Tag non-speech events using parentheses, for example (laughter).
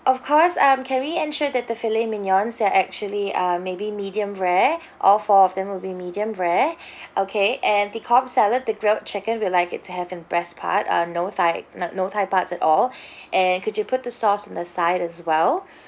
of course um can we ensure that the filet mignons are actually err maybe medium rare (breath) all four of them will be medium rare (breath) okay and the cobb salad the grilled chicken we'd like it to have in breast part uh no thigh n~ no thigh parts at all (breath) and could you put the sauce on the side as well (breath)